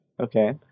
Okay